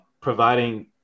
providing